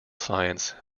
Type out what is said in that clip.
science